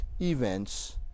events